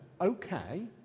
okay